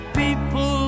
people